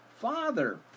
Father